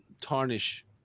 tarnish